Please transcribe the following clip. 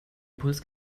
impuls